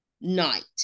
night